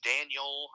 Daniel